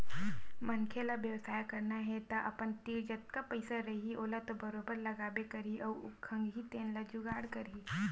मनखे ल बेवसाय करना हे तअपन तीर जतका पइसा रइही ओला तो बरोबर लगाबे करही अउ खंगही तेन ल जुगाड़ करही